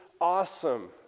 awesome